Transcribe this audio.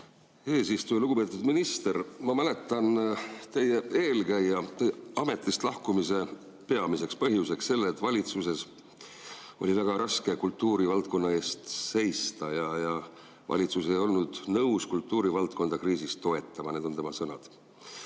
eesistuja! Lugupeetud minister! Ma mäletan, et teie eelkäija tõi ametist lahkumise peamiseks põhjuseks selle, et valitsuses oli väga raske kultuurivaldkonna eest seista ja valitsus ei olnud nõus kultuurivaldkonda kriisis toetama. Need on tema sõnad.